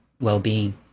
well-being